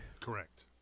Correct